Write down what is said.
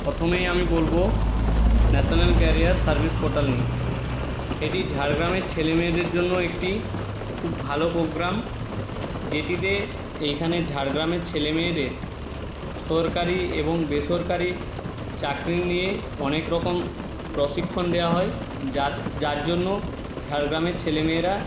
পথমেই আমি বলবো national career service portal নিয়ে এটি ঝাড়গ্রামের ছেলে মেয়েদের জন্য একটি খুব ভালো প্রোগ্রাম যেটিতে এইখানে ঝাড়গ্রামের ছেলে মেয়েদের সরকারি এবং বেসরকারি চাকরি নিয়ে অনেক রকম প্রশিক্ষণ দেওয়া হয় যার যার জন্য ঝাড়গ্রামের ছেলে মেয়েরা